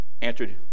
answered